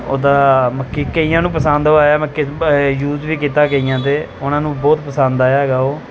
ਉਹਦਾ ਕਈਆਂ ਨੂੰ ਪਸੰਦ ਉਹ ਆਇਆ ਯੂਜ ਵੀ ਕੀਤਾ ਕਈਆਂ 'ਤੇ ਉਹਨਾਂ ਨੂੰ ਬਹੁਤ ਪਸੰਦ ਆਇਆ ਹੈਗਾ ਉਹ